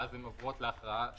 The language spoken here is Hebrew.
ואז הן עוברות להכרעה שם.